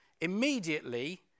Immediately